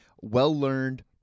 well-learned